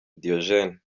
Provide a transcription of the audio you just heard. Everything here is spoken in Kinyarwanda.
diogene